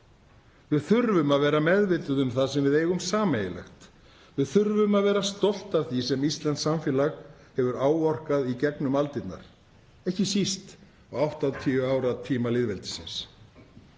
Við þurfum að vera meðvituð um það sem við eigum sameiginlegt. Við þurfum að vera stolt af því sem íslenskt samfélag hefur áorkað í gegnum aldirnar og ekki síst á 80 ára tíma lýðveldisins.